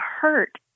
hurt